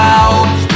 out